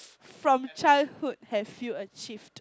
from childhood have you achieved